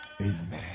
Amen